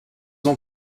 ans